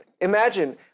imagine